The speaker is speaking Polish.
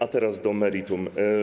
A teraz do meritum.